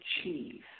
achieve